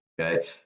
okay